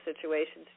situations